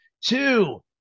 Two